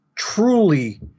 Truly